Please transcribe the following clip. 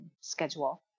schedule